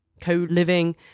co-living